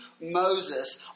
Moses